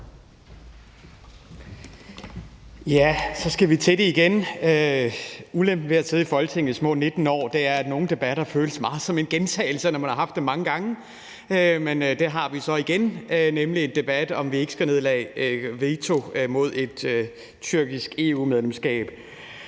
(V): Så skal vi til det igen. Ulempen ved at sidde i Folketinget i små 19 år er, at nogle debatter føles meget som en gentagelse, når man har haft dem mange gange, men nu har vi så igen en debat om, om ikke vi skal nedlægge veto mod et tyrkisk EU-medlemskab.